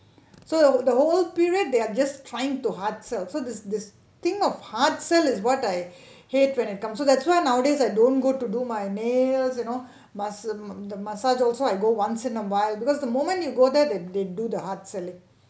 so the whole period they are just trying too hard sell so this this thing of hard sell is what I hate when it come so that's why nowadays I don't go to do my nails you know massage the massage also I go once in a while because the moment you go there they they do the hard selling